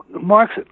Marx